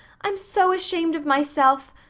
i'm so ashamed of myself.